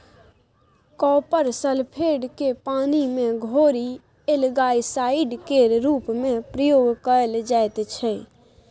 copper sulphate केँ पानि मे घोरि एल्गासाइड केर रुप मे प्रयोग कएल जाइत छै